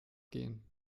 gehen